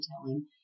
telling